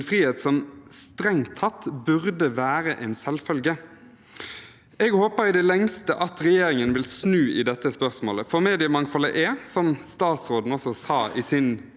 en frihet som strengt tatt burde være en selvfølge. Jeg håper i det lengste at regjeringen vil snu i dette spørsmålet, for mediemangfoldet er, som statsråden sa i sin